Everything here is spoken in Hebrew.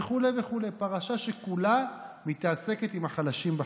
וכו' וכו' פרשה שכולה מתעסקת בחלשים בחברה.